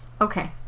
Okay